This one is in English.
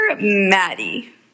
Maddie